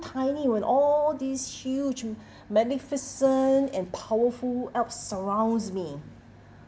tiny when all these huge magnificent and powerful alps surrounds me